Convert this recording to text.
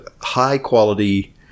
high-quality